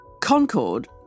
Concorde